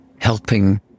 helping